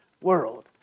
world